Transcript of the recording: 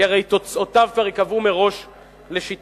כי הרי תוצאותיו כבר ייקבעו מראש לשיטתם,